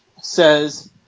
says